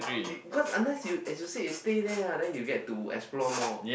because unless you as you say is stay there lah then you get to explore more